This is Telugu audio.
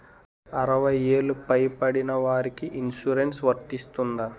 అరవై ఏళ్లు పై పడిన వారికి ఇన్సురెన్స్ వర్తిస్తుందా?